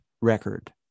record